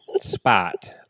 spot